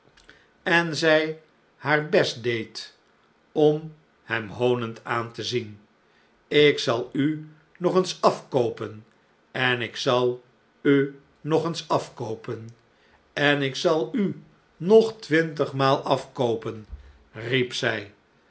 en zij haar best deed om hem hoonend aan te zien ik zal u nog eens afkoopen en ik zal u nog eens afkoopen en ik zal u nog twintigmaal afkoopen riep zij